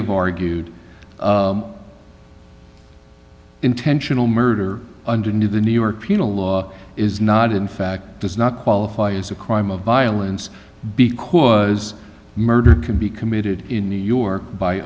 have argued intentional murder under new the new york penal law is not in fact does not qualify as a crime of violence because murder can be committed in new york by